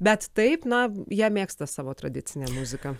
bet taip na jie mėgsta savo tradicinę muziką